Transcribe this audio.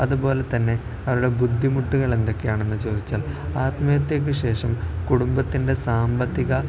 അതുപോലെത്തന്നെ അവരുടെ ബുദ്ധിമുട്ടുകൾ എന്തൊക്കെയാണെന്ന് ചോദിച്ചാൽ ആത്മഹത്യക്ക് ശേഷം കുടുംബത്തിൻ്റെ സാമ്പത്തിക